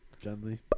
gently